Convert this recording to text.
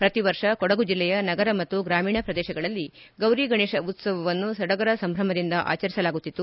ಪ್ರತಿ ವರ್ಷ ಕೊಡಗು ಜಿಲ್ಲೆಯ ನಗರ ಮತ್ತು ಗ್ರಾಮೀಣ ಪ್ರದೇಶಗಳಲ್ಲಿ ಗೌರಿಗಣೇಶ ಉತ್ಸವವನ್ನು ಸಡಗರ ಸಂಭ್ರಮದಿಂದ ಆಚರಿಸಲಾಗುತ್ತಿತ್ತು